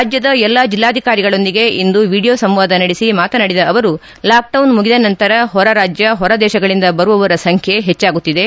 ರಾಜ್ಞದ ಎಲ್ಲಾ ಜಿಲ್ಲಾಧಿಕಾರಿಗಳೊಂದಿಗೆ ಇಂದು ವಿಡಿಯೋ ಸಂವಾದ ನಡೆಸಿ ಮಾತನಾಡಿದ ಅವರು ಲಾಕ್ಡೌನ್ ಮುಗಿದ ನಂತರ ಹೊರ ರಾಜ್ಞ ಹೊರ ದೇಶಗಳಿಂದ ಬರುವವರ ಸಂಖ್ಯೆ ಹೆಚ್ಚಾಗುತ್ತಿದೆ